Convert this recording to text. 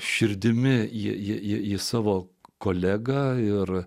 širdimi ji savo kolega ir